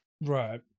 Right